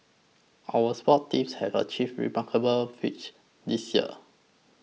our sports teams have achieved remarkable feats this year